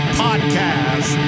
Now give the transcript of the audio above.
podcast